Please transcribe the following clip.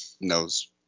knows